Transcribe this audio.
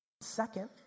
second